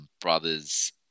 brothers